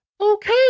Okay